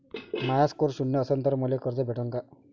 माया score शून्य असन तर मले कर्ज भेटन का?